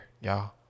y'all